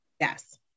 yes